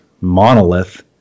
monolith